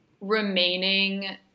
remaining